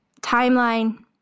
timeline